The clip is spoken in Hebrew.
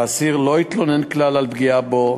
האסיר לא התלונן כלל על פגיעה בו,